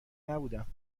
نبودم